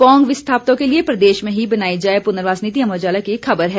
पौंग विस्थापितों के लिये प्रदेश में ही बनाई जाए पुनर्वास नीति अमर उजाला की एक खबर है